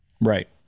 Right